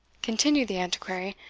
continued the antiquary,